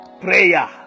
Prayer